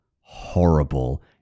horrible